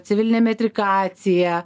civilinė metrikacija